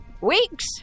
weeks